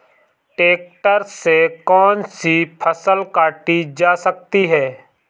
Tractor से कौन सी फसल काटी जा सकती हैं?